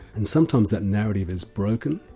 and sometimes that narrative is broken,